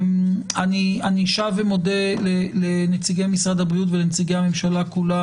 אני שב ומודה לנציגי משרד הבריאות ולנציגי הממשלה כולה,